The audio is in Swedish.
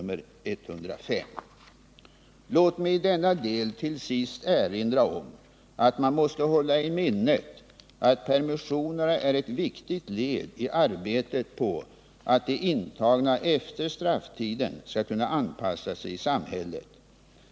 Låt mig i denna del till sist erinra om att man måste hålla i minnet att permissionerna är ett viktigt led i arbetet på att de intagna efter strafftiden skall kunna anpassa sig i samhället.